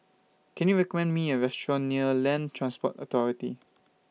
Can YOU recommend Me A Restaurant near Land Transport Authority